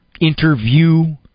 interview